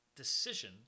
decision